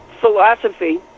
philosophy